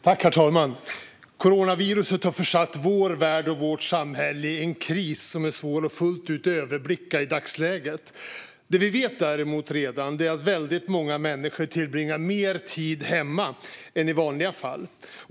Herr talman! Coronaviruset har försatt vår värld och vårt samhälle i en kris som är svår att fullt ut överblicka i dagsläget. Det vi däremot redan vet är att många människor tillbringar mer tid hemma än i vanliga fall.